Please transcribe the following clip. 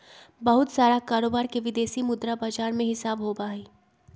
बहुत सारा कारोबार के विदेशी मुद्रा बाजार में हिसाब होबा हई